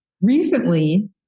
Recently